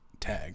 Tag